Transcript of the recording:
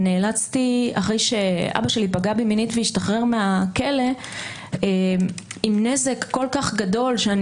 ואחרי שאבא שלי פגע בי מינית והשתחרר מהכלא עם נזק כל-כך גדול שאני